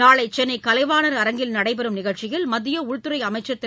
நாளை சென்னை கலைவாணர் அரங்கில் நடைபெறும் நிகழ்ச்சியில் மத்திய உள்துறை அமைச்சர் திரு